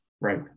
Right